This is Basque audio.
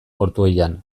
ortuellan